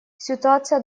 ситуация